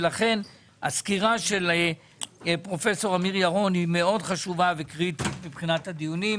ולכן הסקירה של פרופ' אמיר ירון היא מאוד חשובה וקריטית מבחינת הדיונים.